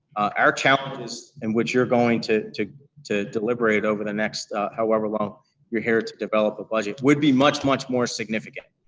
our challenges in which you're going to to deliberate over the next however long you're here to develop a budget would be much, much more significant.